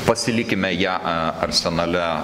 pasilikime ją arsenale